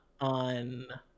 on